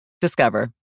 Discover